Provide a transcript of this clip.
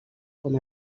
com